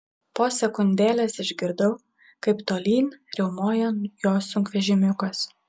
po sekundėlės išgirdau kaip tolyn riaumoja jo sunkvežimiukas